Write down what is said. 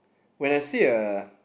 when I see a